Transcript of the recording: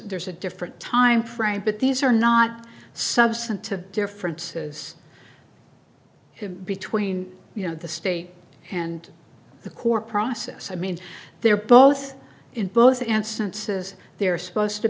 there's a different time frame but these are not substantive differences between you know the state and the core process i mean they're both in both instances they're supposed to